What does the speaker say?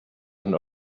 and